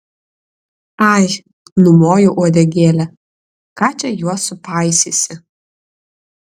ai numoju uodegėle ką čia juos supaisysi